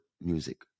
music